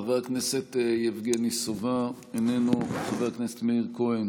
חבר הכנסת יבגני סובה, איננו, חבר הכנסת מאיר כהן,